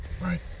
right